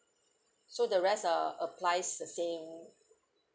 so the rest uh applies the same